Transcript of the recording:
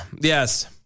Yes